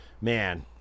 man